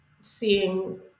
seeing